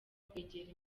kwegera